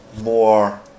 more